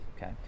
Okay